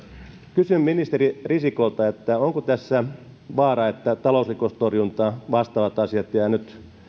kysyn ministeri risikolta onko tässä vaara että talousrikostorjunta ja vastaavat asiat jäävät nyt